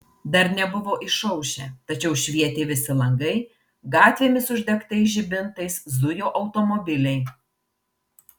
dar nebuvo išaušę tačiau švietė visi langai gatvėmis uždegtais žibintais zujo automobiliai